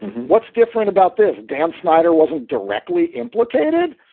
what's different about this? dan snyder wasn't directly implicated.